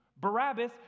Barabbas